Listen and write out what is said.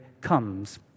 comes